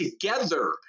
together